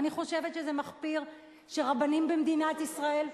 ואני חושבת שזה מחפיר שרבנים במדינת ישראל,